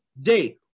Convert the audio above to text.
day